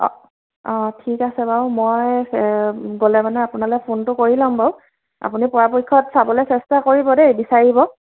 অ অ ঠিক আছে বাৰু মই গ'লে মানে আপোনালৈ ফোনটো কৰি ল'ম বাৰু আপুনি পৰাপক্ষত চাবলৈ চেষ্টা কৰিব দেই বিচাৰিব